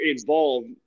involved